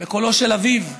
בקולו של אביו,